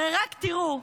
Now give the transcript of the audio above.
הרי רק תראו,